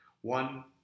One